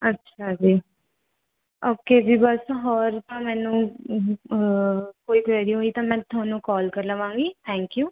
ਅੱਛਾ ਜੀ ਓਕੇ ਜੀ ਬਸ ਹੋਰ ਤਾਂ ਮੈਨੂੰ ਕੋਈ ਕੁਐਰੀ ਹੋਈ ਤਾਂ ਮੈਂ ਤੁਹਾਨੂੰ ਕੋਲ ਕਰ ਲਵਾਂਗੀ ਥੈਂਕ ਯੂ